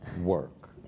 work